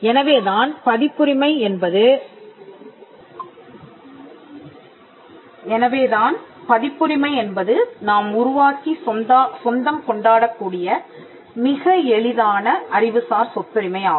எனவே தான்பதிப்புரிமை என்பது நாம் உருவாக்கி சொந்தம் கொண்டாடக் கூடிய மிக எளிதான அறிவுசார் சொத்துரிமை ஆகும்